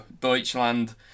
Deutschland